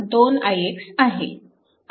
आणि हा ix आहे